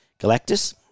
Galactus